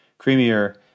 creamier